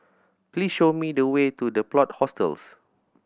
please show me the way to The Plot Hostels